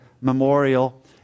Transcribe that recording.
memorial